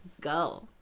go